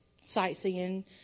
sightseeing